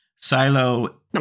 Silo